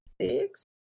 six